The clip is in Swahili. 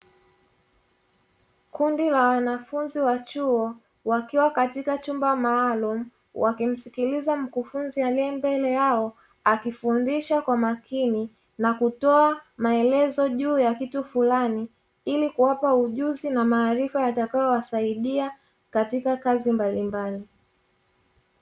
Kundi la wanafunzi wa chuo wakiwa katika chumba maalumu wakimsikiliza mkufunzi aliye mbele yao akifundisha kwa makini na kutoa maelezo juu ya kitu fulani ili kuwapa ujuzi na maarifa yatakao wasaidia katika kazi mbalimbali.